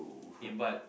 eh but